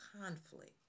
conflict